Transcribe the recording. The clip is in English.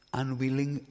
unwilling